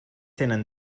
tenen